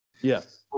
Yes